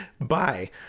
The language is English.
Bye